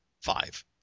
five